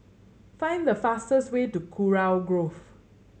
find the fastest way to Kurau Grove